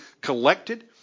collected